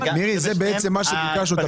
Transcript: זה בעצם הפילוח שביקשנו.